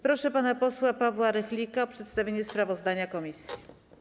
Proszę pana posła Pawła Rychlika o przedstawienie sprawozdania komisji.